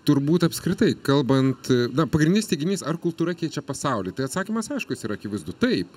turbūt apskritai kalbant na pagrindinis teiginys ar kultūra keičia pasaulį tai atsakymas aiškus ir akivaizdu taip